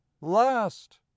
last